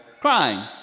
crying